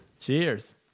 Cheers